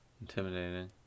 intimidating